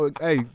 Hey